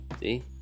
See